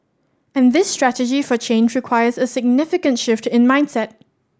and this strategy for change requires a significant shift in mindset